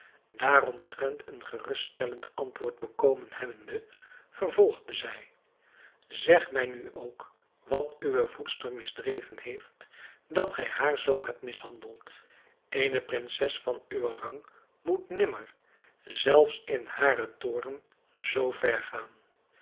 daaromtrent een geruststellend antwoord bekomen hebbende vervolgde zij zeg mij nu ook wat uwe voedster misdreven heeft dat gij haar zoo hebt mishandeld eene prinses van uwen rang moet nimmer zelfs in haren toorn zoo ver gaan